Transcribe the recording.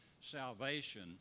salvation